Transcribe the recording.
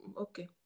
okay